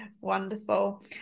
Wonderful